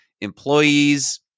employees